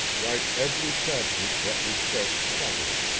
write every statute that respects property.